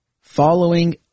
following